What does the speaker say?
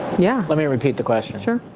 yeah. let me repeat the question. sure.